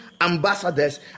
ambassadors